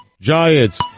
Giants